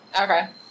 Okay